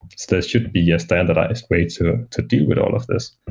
there should be a standardized way to to deal with all of these.